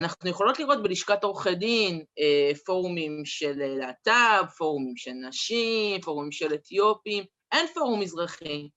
‫אנחנו יכולות לראות בלשכת עורכי דין ‫פורומים של להט"ב, ‫פורומים של נשים, פורומים של אתיופים, ‫אין פורום מזרחי.